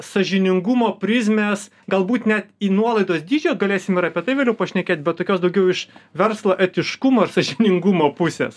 sąžiningumo prizmės galbūt net į nuolaidos dydžius galėsim ir apie tai vėliau pašnekėt bet tokios daugiau iš verslo etiškumo ir sąžiningumo pusės